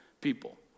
people